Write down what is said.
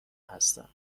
هستم